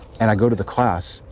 and i go to the class.